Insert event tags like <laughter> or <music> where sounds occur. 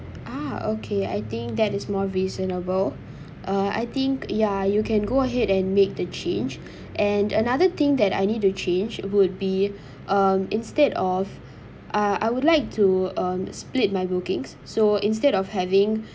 ah okay I think that is more reasonable <breath> uh I think ya you can go ahead and make the change <breath> and another thing that I need to change would be um instead of uh I would like to um split my brookings so instead of having <breath>